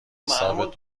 حساب